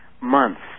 months